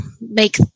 make